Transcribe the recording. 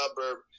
suburb